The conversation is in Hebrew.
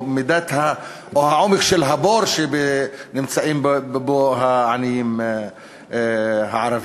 או העומק של הבור שנמצאים בו העניים הערבים.